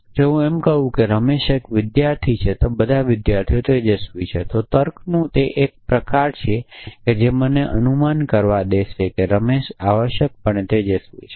જો હું કહું કે રમેશ એક વિદ્યાર્થી છે બધા વિદ્યાર્થીઓ તેજસ્વી છે તો તર્કનું તે જ પ્રકાર મને અનુમાન કરવા દેશે કે રમેશ આવશ્યકપણે તેજસ્વી છે